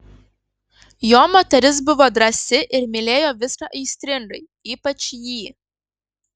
jo moteris buvo drąsi ir mylėjo viską aistringai ypač jį